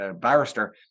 barrister